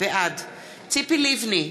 בעד ציפי לבני,